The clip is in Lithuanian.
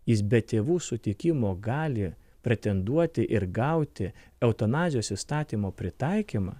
jis be tėvų sutikimo gali pretenduoti ir gauti eutanazijos įstatymo pritaikymą